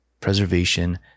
preservation